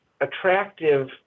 attractive